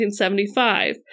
1975